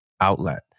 outlet